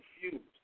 confused